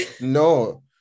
No